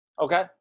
Okay